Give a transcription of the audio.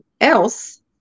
else